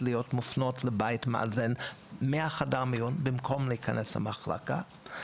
להיות מופנות מחדר המיון לבית מאזן במקום להיכנס למחלקה.